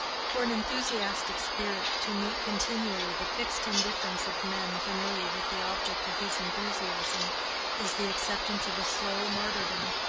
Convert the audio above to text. for an enthusiastic spirit to meet continually the fixed indifference of men familiar with the object of his enthusiasm is the acceptance of a slow martyrdom,